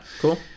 Cool